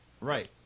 Right